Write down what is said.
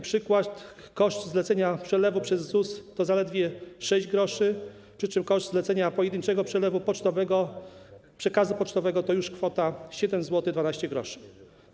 Przykład: koszt zlecenia przelewu przez ZUS to zaledwie 6 gr, przy czym koszt zlecenia pojedynczego przelewu pocztowego, przekazu pocztowego to już kwota 7 zł 12 gr.